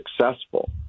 successful